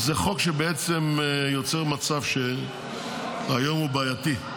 זה חוק שיוצר מצב שהיום הוא בעייתי.